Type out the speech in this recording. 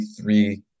three